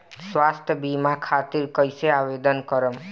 स्वास्थ्य बीमा खातिर कईसे आवेदन करम?